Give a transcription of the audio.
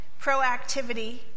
proactivity